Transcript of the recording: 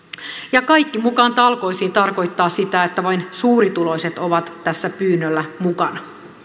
ja kaikki mukaan talkoisiin tarkoittaa sitä että vain suurituloiset ovat tässä pyynnöllä mukana